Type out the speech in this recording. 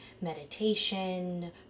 meditation